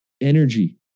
energy